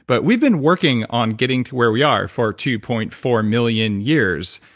but we've been working on getting to where we are for two point four million years.